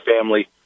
family